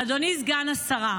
אדוני סגן השר,